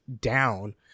down